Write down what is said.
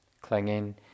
clinging